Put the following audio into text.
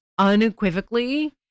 Unequivocally